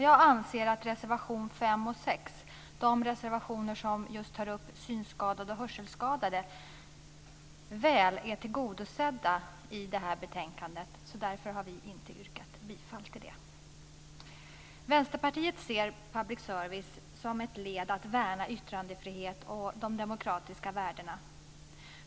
Jag anser att reservationerna 5 och 6, som tar upp synskadade och hörselskadade, väl är tillgodosedda i betänkandet. Därför har vi inte yrkat bifall till dem. Vänsterpartiet ser public service som ett led i att värna yttrandefrihet och de demokratiska värdena.